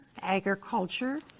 agriculture